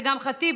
וח'טיב,